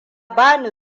bani